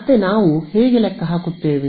ಮತ್ತೆ ನಾವು ಹೇಗೆ ಲೆಕ್ಕ ಹಾಕುತ್ತೇವೆ